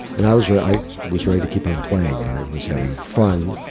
and i was yeah i was ready to keep on playing. i was having fun.